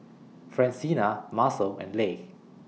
Francina Marcel and Leigh